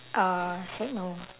uh said no